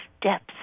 depth